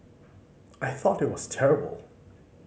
I thought it was terrible